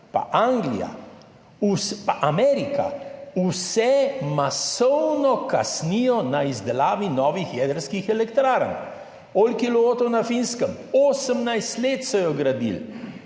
Anglija, Amerika, vse masovno kasnijo pri izdelavi novih jedrskih elektrarn. Olkiluoto na Finskem, 18 let so jo gradili,